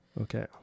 Okay